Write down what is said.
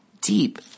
deep